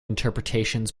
interpretations